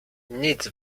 nic